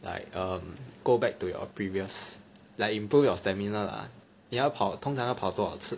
like um go back to your previous like improve your stamina lah 你要跑通常要跑多少次